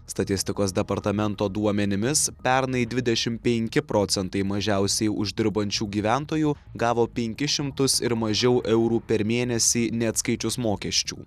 statistikos departamento duomenimis pernai dvidešimt penki procentai mažiausiai uždirbančių gyventojų gavo penkis šimtus ir mažiau eurų per mėnesį neatskaičius mokesčių